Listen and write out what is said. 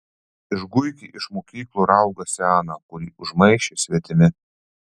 išguiki iš mokyklų raugą seną kurį užmaišė svetimi